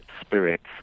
spirits